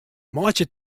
meitsje